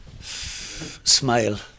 Smile